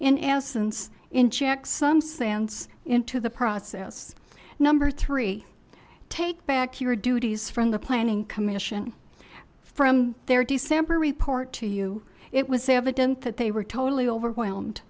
in essence in check some stands into the process number three take back your duties from the planning commission from their december report to you it was a evident that they were totally overwhelmed